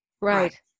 Right